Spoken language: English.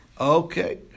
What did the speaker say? Okay